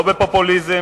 לא בפופוליזם,